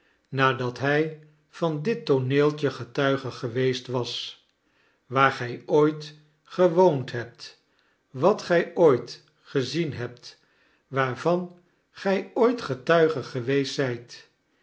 nadat hij van dit tooneeltje getuige geweest was waar gij ooit gewoond hebt wat gij ooit gezien hebt waarvan gij ooit getuige geweest zijt